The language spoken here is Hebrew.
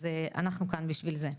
אז אנחנו כאן בשביל זה.